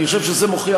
אני חושב שזה מוכיח,